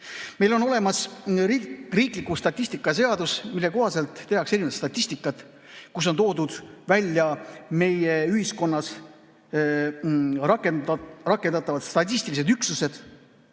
Meil on olemas riikliku statistika seadus, mille kohaselt tehakse erinevat statistikat, seal on toodud välja meie ühiskonnas rakendatavad statistilised üksused.